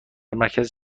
مرکز